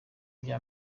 vya